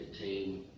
team